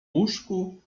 łóżku